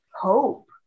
hope